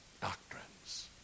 doctrines